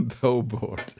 Billboard